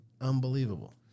unbelievable